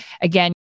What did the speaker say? again